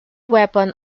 weapon